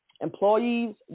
Employees